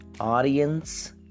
audience